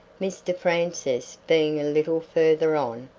mr francis being a little further on,